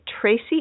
tracy